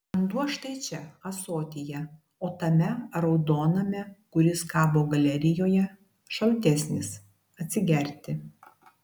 vanduo štai čia ąsotyje o tame raudoname kuris kabo galerijoje šaltesnis atsigerti